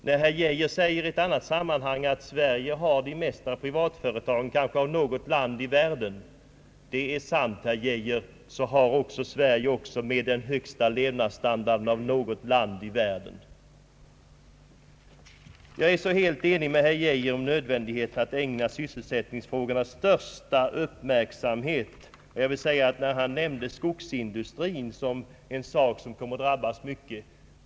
Herr Geijer säger i annat sammanhang, att Sverige har det största antalet privatföretag av något land i världen. Det är sant, herr Geijer, men så har Sverige också den nära nog högsta levnadsstandarden av något land i världen. Jag är helt enig med herr Geijer om nödvändigheten av att ägna sysselsättningsfrågorna den största uppmärksamhet. Herr Geijer nämnde, att skogsindustrin skulle komma att drabbas särskilt mycket.